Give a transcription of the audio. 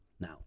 Now